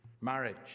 marriage